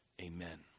Amen